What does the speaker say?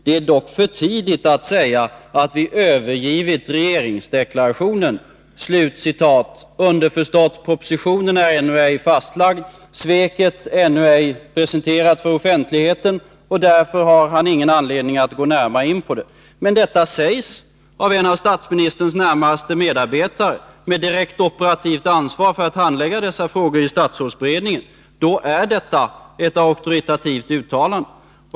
Det är dock för tidigt att säga att vi övergivit regeringsdeklarationen.” Underförstått: propositionen är ännu ej fastlagd, sveket ännu ej presenterat för offentligheten, och därför har försvarsministern ingen anledning att gå närmare in på detta. Men det här sägs av en av statsministerns närmaste medarbetare med direkt operativt ansvar för att handlägga dessa frågor i statsrådsberedningen. Och då är detta ett auktoritativt uttalande.